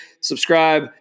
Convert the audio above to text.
subscribe